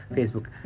Facebook